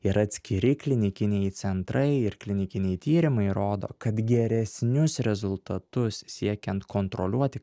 yra atskiri klinikiniai centrai ir klinikiniai tyrimai rodo kad geresnius rezultatus siekiant kontroliuoti